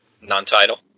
Non-title